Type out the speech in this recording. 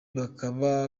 bakaba